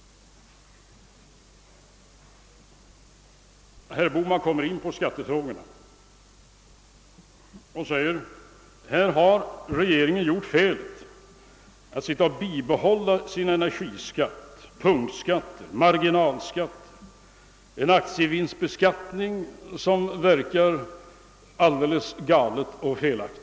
Herr Bohman kom in på skattefrågorna och sade, att regeringen begått felet att bibehålla energiskatten, punktskatterna, marginalskatten och den aktievinstbeskattning som verkar alldeles galet och felaktigt.